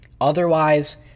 Otherwise